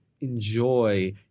enjoy